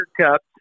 Cup